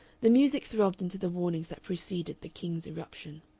the music throbbed into the warnings that preceded the king's irruption.